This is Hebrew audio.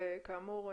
וכאמור,